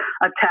attack